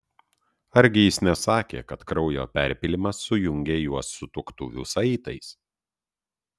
argi jis nesakė kad kraujo perpylimas sujungė juos sutuoktuvių saitais